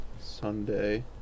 Sunday